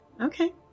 Okay